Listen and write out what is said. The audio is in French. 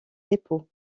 dépôts